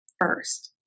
first